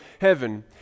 heaven